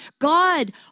God